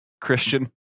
Christian